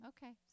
Okay